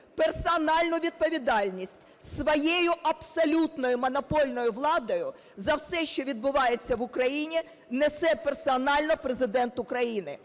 Персональну відповідальність своєю абсолютною монопольною владою за все, що відбувається в Україні, несе персонально Президент України.